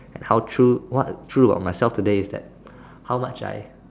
and how true what true about myself today is that how much I